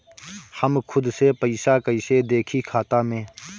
हम खुद से पइसा कईसे देखी खाता में?